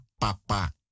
Papa